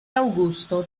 augusto